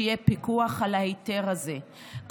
שיהיה פיקוח על ההיתר הזה,